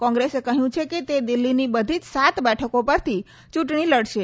કોંગ્રેસે કહયું છે કે તે દિલ્હીની બધી જ સાત બેઠકો પરથી ચુંટણી લડશે